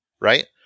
Right